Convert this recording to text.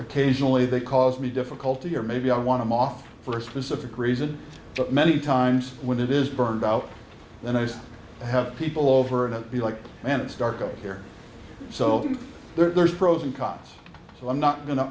occasionally they cause me difficulty or maybe i want to offer for a specific reason but many times when it is burned out then i have people over and it be like and it's dark out here so there's pros and cons so i'm not go